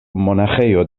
monaĥejo